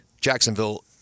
Jacksonville